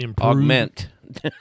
augment